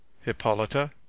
hippolyta